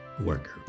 worker